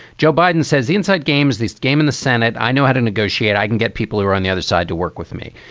joe biden says inside games, this game in the senate. i know how to negotiate. i can get people who are on the other side to work with me.